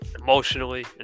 Emotionally